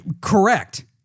Correct